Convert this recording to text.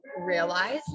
realize